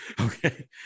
Okay